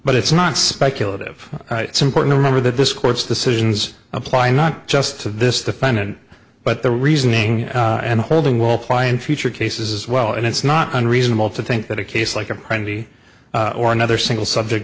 but it's not speculative it's important remember that this court's decisions apply not just to this defendant but the reasoning and holding will fly in future cases as well and it's not unreasonable to think that a case like a priority or another single subject